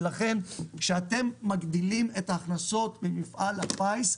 ולכן כשאתם מגדילים את ההכנסות ממפעל הפיס,